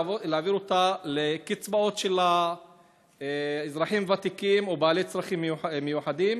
להעביר אותה לקצבאות של אזרחים ותיקים או בעלי צרכים מיוחדים